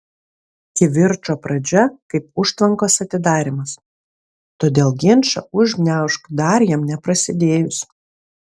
kivirčo pradžia kaip užtvankos atidarymas todėl ginčą užgniaužk dar jam neprasidėjus